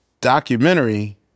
documentary